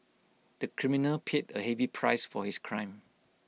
the criminal paid A heavy price for his crime